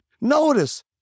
Notice